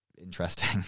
Interesting